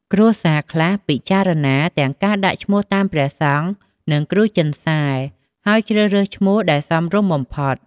គ្រួសារខ្លះពិចារណាទាំងការដាក់ឈ្មោះតាមព្រះសង្ឃ និងគ្រូចិនសែ ហើយជ្រើសរើសឈ្មោះដែលសមរម្យបំផុត។